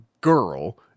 girl